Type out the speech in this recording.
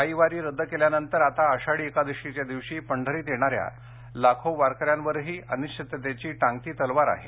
पायीवारी रद्द केल्यानंतर आता आषाढी एकादशीच्या दिवशी पंढरीत येणाऱ्या लाखो वारकऱ्यांवरही अनिश्चिततेची टांगती तलवार आहे